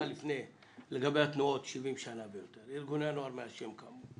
קיימות 70 שנה ויותר ארגוני הנוער מאז שהם קמו,